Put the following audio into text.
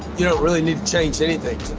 you don't really need to change anything.